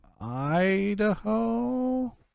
Idaho